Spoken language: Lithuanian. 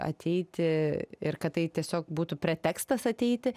ateiti ir kad tai tiesiog būtų pretekstas ateiti